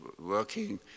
working